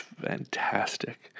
fantastic